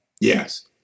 Yes